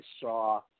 saw